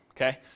Okay